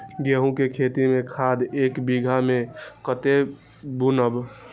गेंहू के खेती में खाद ऐक बीघा में कते बुनब?